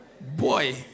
Boy